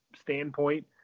standpoint